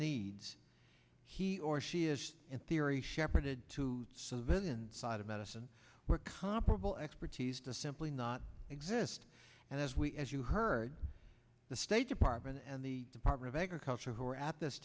needs he or she is in theory shepherded to civilian side of medicine where comparable expertise to simply not exist and as we as you heard the state department and the department of agriculture who were at this